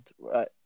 right